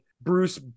Bruce